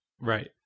right